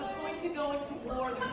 to go into war